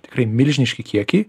tikrai milžiniški kiekiai